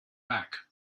back